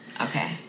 Okay